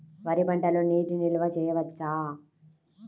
వరి పంటలో నీటి నిల్వ చేయవచ్చా?